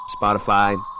Spotify